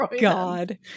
god